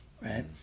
right